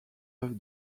œuvre